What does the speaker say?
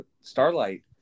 Starlight